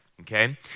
Okay